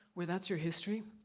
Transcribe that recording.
where that's your history,